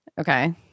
Okay